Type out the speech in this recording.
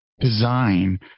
design